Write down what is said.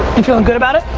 you feeling good about it?